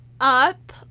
up